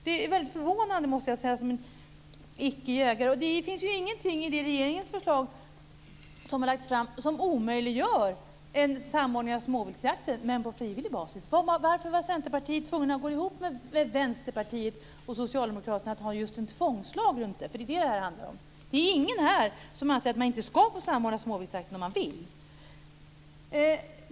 Detta är väldigt förvånande, måste jag säga som icke jägare. Det finns ingenting i det regeringsförslag som har lagts fram som omöjliggör en samordning av småviltsjakten på frivillig basis. Varför var Centerpartiet tvunget att gå ihop med Vänsterpartiet och Socialdemokraterna om just en tvångslag? Det är ju det som detta handlar om. Det finns ingen här som anser att man inte ska få samordna småviltsjakten om man vill.